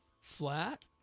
flat